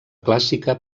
clàssica